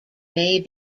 may